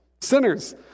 Sinners